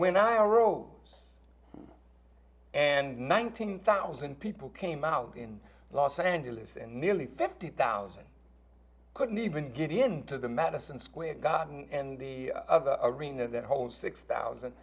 when i wrote this and nineteen thousand people came out in los angeles and nearly fifty thousand i couldn't even get into the madison square garden and the other arena that whole six thousand